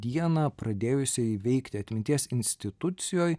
dieną pradėjusioji veikti atminties institucijoj